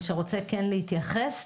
בבקשה.